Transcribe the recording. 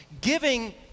Giving